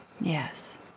yes